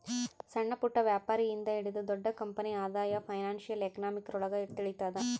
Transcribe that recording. ಸಣ್ಣಪುಟ್ಟ ವ್ಯಾಪಾರಿ ಇಂದ ಹಿಡಿದು ದೊಡ್ಡ ಕಂಪನಿ ಆದಾಯ ಫೈನಾನ್ಶಿಯಲ್ ಎಕನಾಮಿಕ್ರೊಳಗ ತಿಳಿತದ